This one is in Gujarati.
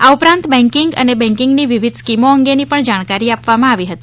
આ ઉપરાંત બેન્કિંગ અને બેન્કિંગની વિવિધ સ્કીમો અંગેની પણ જાણકારી આપવામાં આવી હતી